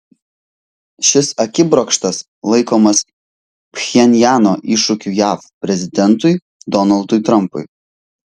šis akibrokštas laikomas pchenjano iššūkiu jav prezidentui donaldui trampui